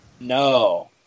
No